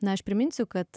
na aš priminsiu kad